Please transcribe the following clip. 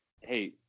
Hey